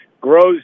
grows